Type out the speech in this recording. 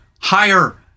higher